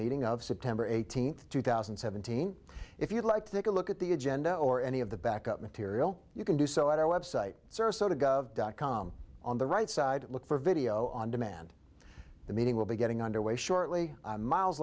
meeting of september eighteenth two thousand and seventeen if you'd like to take a look at the agenda or any of the back up material you can do so at our website sarasota gov dot com on the right side look for video on demand the meeting will be getting underway shortly miles